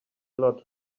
lot